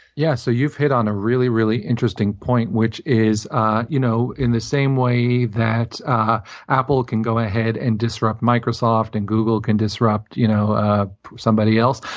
yeah, so you've hit on a really, really interesting point, which is ah you know in the same way that ah apple can go ahead and disrupt microsoft, and google can disrupt you know ah somebody else,